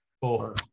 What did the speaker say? Four